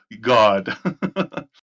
God